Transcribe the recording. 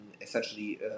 essentially